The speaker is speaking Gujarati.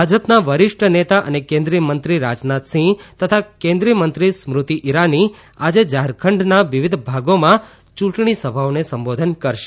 ભાજપના વરિષ્ઠ નેતા અને કેન્દ્રિય મંત્રી રાજનાથસિંહ તથા કેન્દ્રિય મંત્રી સ્મૃતિ ઇરાની આજે ઝારખંડના વિવિધ ભાગોમાં યૂંટણી સભાઓને સંબોધન કરશે